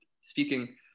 speaking